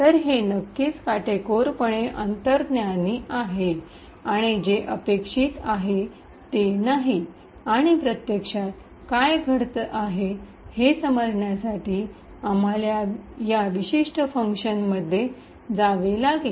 तर हे नक्कीच काटेकोरपणे अंतर्ज्ञानी आहे आणि जे अपेक्षित आहे ते नाही आणि प्रत्यक्षात काय घडत आहे हे समजण्यासाठी आम्हाला या विशिष्ट फंक्शन्स मध्ये जावे लागेल